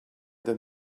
them